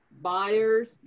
Buyers